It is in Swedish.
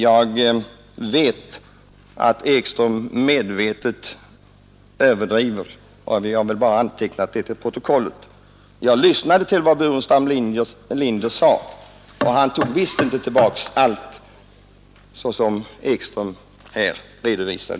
Jag vet att herr Ekström medvetet överdriver — jag vill bara ha det antecknat till protokollet. Jag lyssnade till vad herr Burenstam Linder sade, och han tog visst inte tillbaka allt, som herr Ekström påstod.